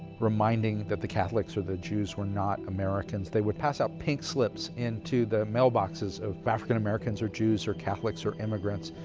reminding that the catholics or the jews were not americans. they would pass out pink slips into the mailboxes of african americans, or jews, or catholics, or immigrants,